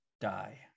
Die